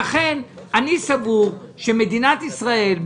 לכן אני סבור שמדינת ישראל,